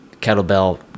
kettlebell